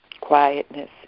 Quietness